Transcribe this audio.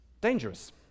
dangerous